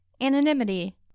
Anonymity